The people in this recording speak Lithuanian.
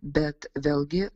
bet vėlgi